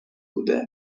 بوده